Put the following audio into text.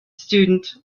student